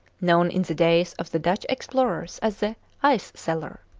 known in the days of the dutch explorers as the ice-cellar.